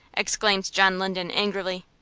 exclaimed john linden, angrily.